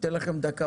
האנרגיה